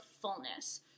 fullness